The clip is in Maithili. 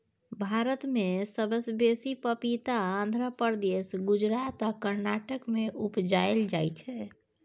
भारत मे सबसँ बेसी पपीता आंध्र प्रदेश, गुजरात आ कर्नाटक मे उपजाएल जाइ छै